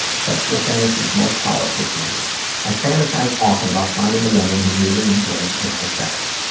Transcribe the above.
sexual fantasies most powerful to you i fantasize often about finding a woman who really enjoys anal sex.